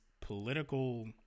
political